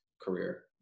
career